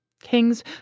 Kings